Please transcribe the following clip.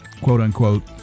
quote-unquote